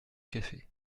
café